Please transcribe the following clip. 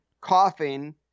coughing